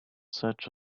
such